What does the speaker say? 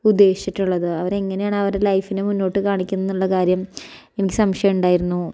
ഉദ്ദേശിച്ചിട്ടുള്ളത് അവരെങ്ങനെയാണ് അവരുടെ ലൈഫിനെ മുന്നോട്ട് കാണിക്കുന്നത് എന്നുള്ള കാര്യം എനിക്ക് സംശയമുണ്ടായിരുന്നു